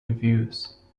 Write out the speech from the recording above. reviews